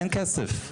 אין כסף.